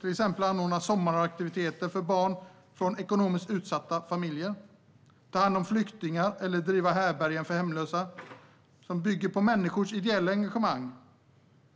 Till exempel anordnar man sommaraktiviteter för barn i ekonomiskt utsatta familjer, tar hand om flyktingar eller driver härbärgen för hemlösa. Det bygger på människors ideella engagemang